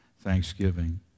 thanksgiving